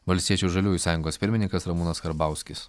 valstiečių ir žaliųjų sąjungos pirmininkas ramūnas karbauskis